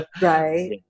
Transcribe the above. Right